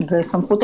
ואין כאן סמכויות